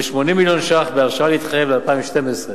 ו-80 מיליון ש"ח בהרשאה להתחייב ל-2012,